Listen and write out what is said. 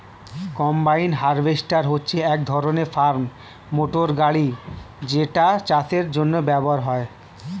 combine harvester হচ্ছে এক ধরণের ফার্ম মোটর গাড়ি যেটা চাষের জন্য ব্যবহার হয়